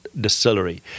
distillery